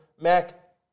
Mac